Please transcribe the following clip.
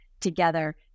together